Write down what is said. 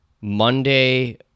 Monday